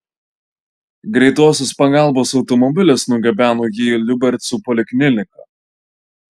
greitosios pagalbos automobilis nugabeno jį į liubercų polikliniką